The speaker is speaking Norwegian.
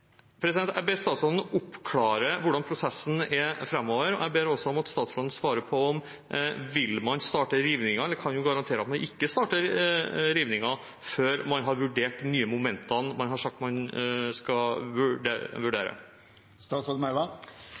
Jeg ber statsråden oppklare hvordan prosessen er framover. Jeg ber også om at statsråden svarer på: Vil man starte rivingen, eller kan hun garantere at man ikke starter rivingen før man har vurdert de nye momentene man har sagt man skal vurdere?